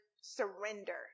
surrender